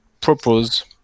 propose